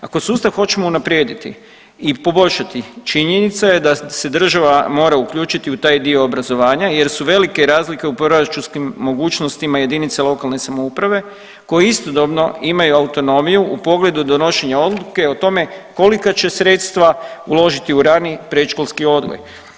Ako sustav hoćemo unaprijediti i poboljšati činjenica je da se država mora uključiti u taj dio obrazovanja jer su velike razlike u proračunskim mogućnostima jedinica lokalne samouprave koji istodobno imaju autonomiju u pogledu donošenja odluke o tome kolika će sredstva uložiti u rani predškolski odgoj.